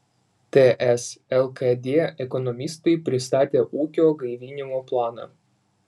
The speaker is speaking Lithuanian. ts lkd ekonomistai pristatė ūkio gaivinimo planą